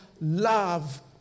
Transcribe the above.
love